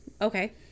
Okay